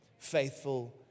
faithful